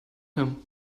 him